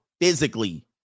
physically